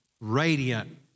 radiant